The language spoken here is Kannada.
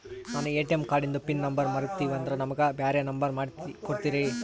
ನಾನು ಎ.ಟಿ.ಎಂ ಕಾರ್ಡಿಂದು ಪಿನ್ ನಂಬರ್ ಮರತೀವಂದ್ರ ನಮಗ ಬ್ಯಾರೆ ನಂಬರ್ ಮಾಡಿ ಕೊಡ್ತೀರಿ?